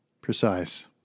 precise